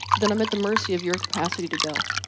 then i'm at the mercy of your capacity to go.